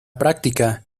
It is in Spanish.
práctica